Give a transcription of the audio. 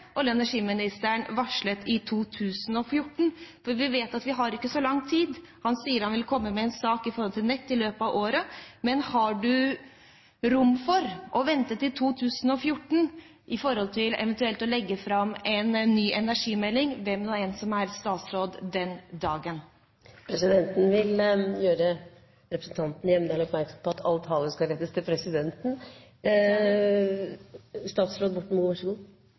og energiministeren varslet i 2014? Vi vet at vi har ikke så lang tid. Han sier han vil komme med en sak om nett i løpet av året, men har du rom for å vente til 2014 med å legge fram en ny energimelding – hvem som nå enn er statsråd den dagen? Presidenten vil gjøre representanten Hjemdal oppmerksom på at all tale skal rettes til presidenten.